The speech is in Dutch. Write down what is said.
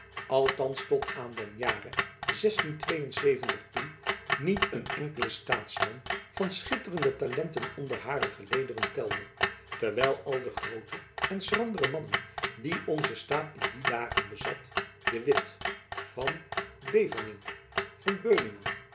althands tot aan den jare toe niet een enkelen staatsman van schitterende talenten onder hare gelederen telde terwijl al de groote en jacob van lennep elizabeth musch schrandere mannen die onze staat in die dagen bezat de witt van beverningk van beuningen